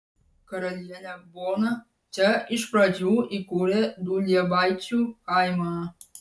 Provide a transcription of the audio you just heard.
karalienė bona čia iš pradžių įkūrė duliebaičių kaimą